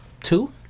two